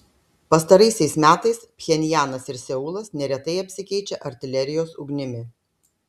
pastaraisiais metais pchenjanas ir seulas neretai apsikeičia artilerijos ugnimi